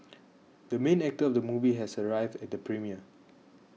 the main actor of the movie has arrived at the premiere